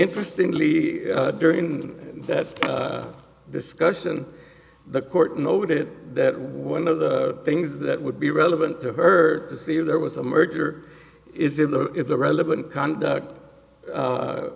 interestingly during that discussion the court noted that one of the things that would be relevant to her to see if there was a merger is if the if the relevant conduct